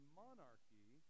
monarchy